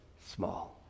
small